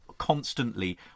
constantly